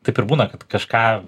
taip ir būna kad kažką